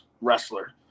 wrestler